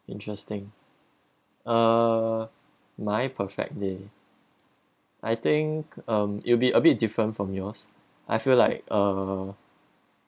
interesting uh my perfect day I think um it'll be a bit different from yours I feel like uh